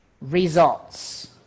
results